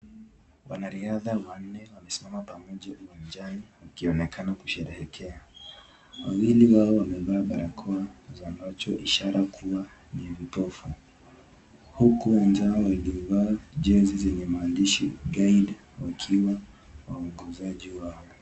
Wanariadha wanne wamesimama pamoja uwanjani wakionekana kusherehekea. Wawili hao wamevaa barakoa za macho ishara kuwa ni vipofu huku wenzao waliovaa jezi zenye maandishi guide wakiwa waongozaji wao.